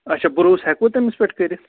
اچھا بروسہٕ ہیکوٕ تٔمِس پٮ۪ٹھ کٔرِتھ